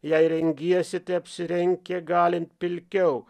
jei rengiesi tai apsirenk kiek galint pilkiau